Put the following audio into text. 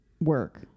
work